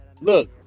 Look